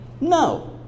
no